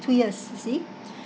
two years you see